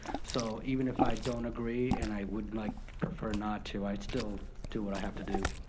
so even if i don't agree and i would like prefer not to, i still do what i have to do.